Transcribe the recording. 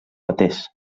atès